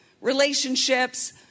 relationships